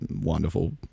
wonderful